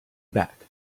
back